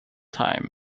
time